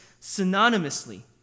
synonymously